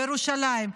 בירושלים,